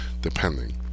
depending